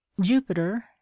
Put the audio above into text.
jupiter